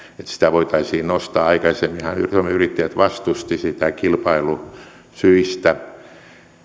sitä voitaisiin nostaa aikaisemminhan suomen yrittäjät vastusti sitä kilpailusyistä